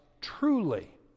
truly